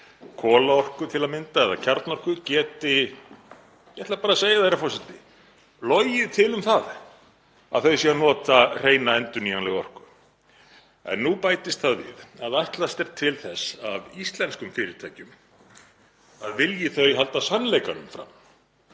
kolaorku til að mynda eða kjarnorku, geti, ég ætla bara að segja það, herra forseti, logið til um það að þau séu að nota hreina endurnýjanlega orku. En nú bætist það við að ætlast er til þess af íslenskum fyrirtækjum að vilji þau halda sannleikanum fram,